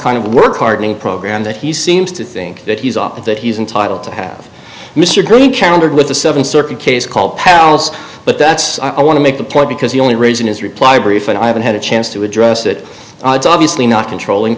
kind of work hardening program that he seems to think that he's off but that he's entitled to have mr gurney countered with the seven circuit case called palace but that's i want to make the point because the only reason his reply brief and i haven't had a chance to address it obviously not controlling